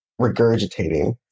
regurgitating